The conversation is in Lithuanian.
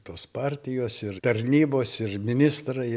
tos partijos ir tarnybos ir ministrai